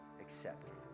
accepted